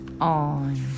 on